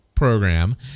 program